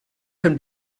can